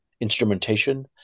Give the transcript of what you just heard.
instrumentation